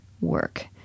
work